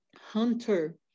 Hunter